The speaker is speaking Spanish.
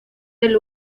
del